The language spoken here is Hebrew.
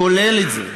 כולל את זה.